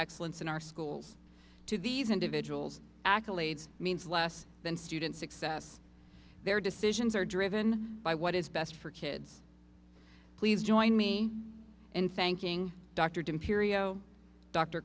excellence in our schools to these individuals accolades means less than student success their decisions are driven by what is best for kids please join me in thanking doctor